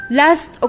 last